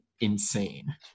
insane